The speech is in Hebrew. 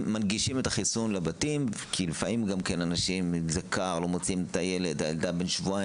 מנגישים את החיסון לבתים כי לא תמיד מוציאים את הילד בגלל מזג האוויר